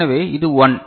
எனவே இது 1